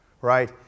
right